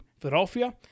Philadelphia